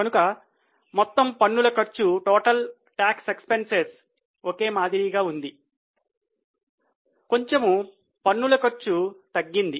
కనుక మొత్తము పన్నుల ఖర్చు మొత్తం 241 తగ్గింది